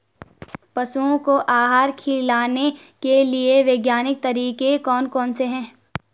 पशुओं को आहार खिलाने के लिए वैज्ञानिक तरीके कौन कौन से हैं?